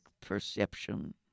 perception